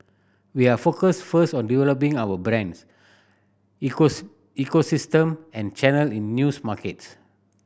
we are focused first on developing our brands ecosystem and channel in news markets